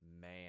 Man